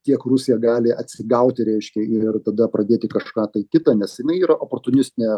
kiek rusija gali atsigauti reiškia ir tada pradėti kažką tai kitą nes jinai yra oportunistinė